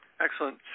Excellent